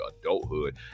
adulthood